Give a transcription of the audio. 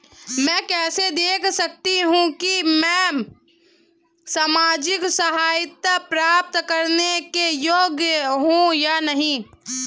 मैं कैसे देख सकती हूँ कि मैं सामाजिक सहायता प्राप्त करने के योग्य हूँ या नहीं?